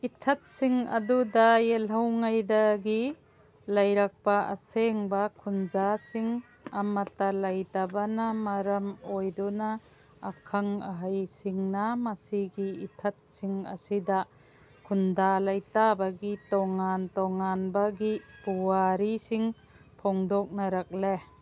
ꯏꯊꯠꯁꯤꯡ ꯑꯗꯨꯗ ꯌꯦꯜꯍꯧꯉꯩꯗꯒꯤ ꯂꯩꯔꯛꯄ ꯑꯁꯦꯡꯕ ꯈꯨꯟꯖꯥꯁꯤꯡ ꯑꯃꯇ ꯂꯩꯇꯕꯅ ꯃꯔꯝ ꯑꯣꯏꯗꯨꯅ ꯑꯈꯪ ꯑꯍꯩꯁꯤꯡꯅ ꯃꯁꯤꯒꯤ ꯏꯊꯠꯁꯤꯡ ꯑꯁꯤꯗ ꯈꯨꯟꯗꯥ ꯂꯩꯇꯥꯕꯒꯤ ꯇꯣꯉꯥꯟ ꯇꯣꯉꯥꯟꯕꯒꯤ ꯄꯨꯋꯥꯔꯤꯁꯤꯡ ꯐꯣꯡꯗꯣꯛꯅꯔꯛꯂꯦ